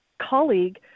colleague